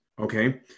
okay